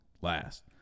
last